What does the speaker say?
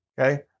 Okay